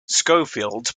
schofield